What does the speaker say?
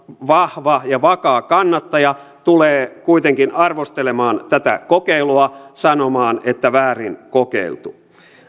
vahva ja vakaa kannattaja tulee kuitenkin arvostelemaan tätä kokeilua sanomaan että väärin kokeiltu